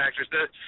actors